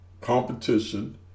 competition